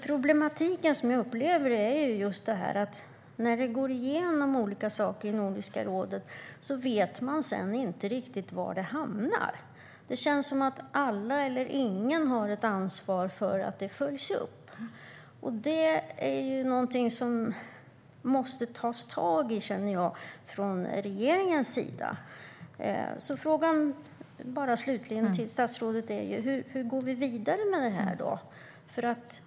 Problematiken som jag upplever den är just det här att när vi går igenom olika saker i Nordiska rådet vet man sedan inte riktigt var det hamnar. Det känns som att alla eller ingen har ett ansvar för att det följs upp. Det är ju någonting som måste tas tag i, känner jag, från regeringens sida. Frågan till statsrådet är därför: Hur går vi vidare med detta?